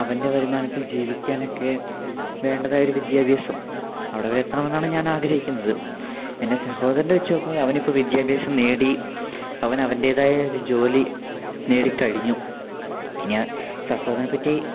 അവൻറ്റെ വരൂമാനത്തിൽ ജീവിക്കാനൊക്കെ വേണ്ടതായൊരു വിദ്യാഭ്യാസം അവിടെവരെ എത്തണമെന്നാണ് ഞാനാഗ്രഹിക്കുന്നത് എൻ്റെ സഹോദരനെ വെച്ചുനോക്കുമ്പോൾ അവനിപ്പോൾ വിദ്യാഭ്യാസം നേടി അവനവൻറ്റേതായ ജോലി നേടി കഴിഞ്ഞു പിന്നെ സഹോദരനെപ്പറ്റി